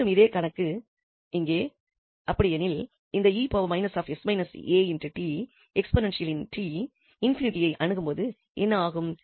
மீண்டும் இதே கணக்கு இங்கே அப்படியெனில் இந்த 𝑒−𝑠−𝑎𝑡 எக்ஸ்போநென்ஷியலில் 𝑡 ∞ ஐ அணுகும்போது என்ன ஆகும்